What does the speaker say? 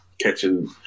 catching